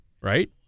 Right